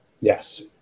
Yes